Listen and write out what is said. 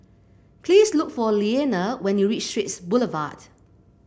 please look for Leaner when you reach Straits Boulevard